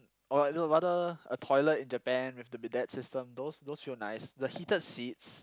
oh no rather a toilet in Japan with the bidet system those those feel nice the heated seats